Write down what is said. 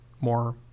more